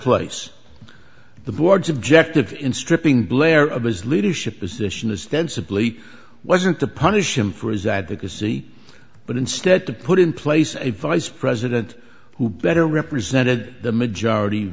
place the board's objective in stripping blair of his leadership position as dense a plea wasn't to punish him for his advocacy but instead to put in place a vice president who better represented the majority